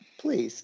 please